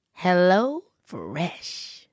HelloFresh